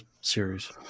series